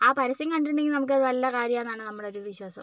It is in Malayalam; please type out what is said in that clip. ആ പരസ്യം കണ്ടിട്ടുണ്ടെങ്കിൽ നമുക്ക് അത് നല്ല കാര്യമെന്നാണ് നമ്മുടെയൊരു വിശ്വാസം